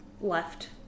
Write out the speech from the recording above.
Left